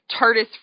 TARDIS